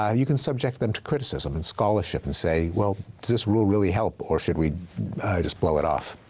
um you can subject them to criticism and scholarship and say, well, does this rule really help, or should we just blow it off?